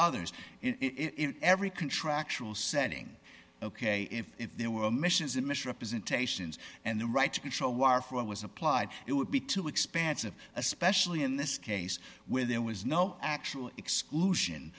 others in every contractual setting ok if if there were missions in misrepresentations and the right to control wire fraud was applied it would be too expensive especially in this case with there was no actual exclusion